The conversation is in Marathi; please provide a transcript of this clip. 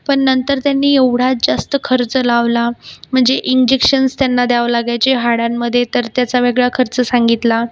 पण नंतर त्यांनी एवढा जास्त खर्च लावला म्हणजे इंजेक्शन्स त्यांना द्यावं लागायचे हाडांमध्ये तर त्याचा वेगळा खर्च सांगितला